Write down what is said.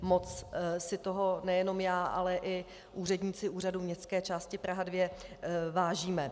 Moc si toho nejenom já, ale i úředníci Úřadu městské části Praha 2 vážíme.